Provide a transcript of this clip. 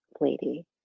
lady